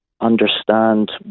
understand